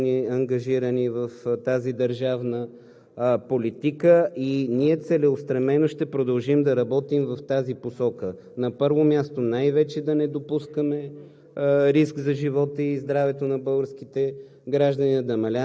останалото законодателство от страна на компетентните органи, ангажирани в тази държавна политика, и ние целеустремено ще продължим да работим в тази посока. На първо място, най-вече да не допускаме